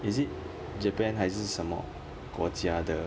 is it japan 还是什么国家的